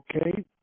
Okay